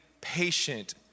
patient